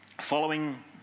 Following